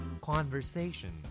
Conversation